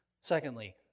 Secondly